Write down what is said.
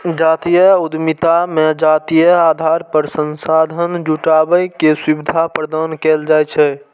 जातीय उद्यमिता मे जातीय आधार पर संसाधन जुटाबै के सुविधा प्रदान कैल जाइ छै